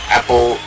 Apple